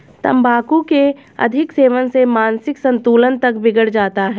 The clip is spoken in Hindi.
तंबाकू के अधिक सेवन से मानसिक संतुलन तक बिगड़ जाता है